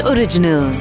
Original